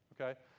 okay